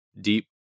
deep